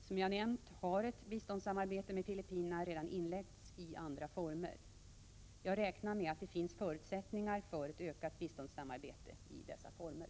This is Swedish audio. Som jag nämnt har ett biståndssamarbete med Filippinerna redan inletts i andra former. Jag räknar med att det finns förutsättningar för ett ökat biståndssamarbete i dessa former.